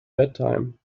bedtime